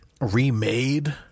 remade